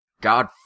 God